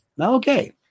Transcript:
Okay